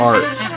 Arts